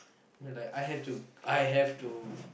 yeah like I have to I have to